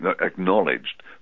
Acknowledged